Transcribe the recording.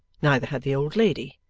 neither had the old lady,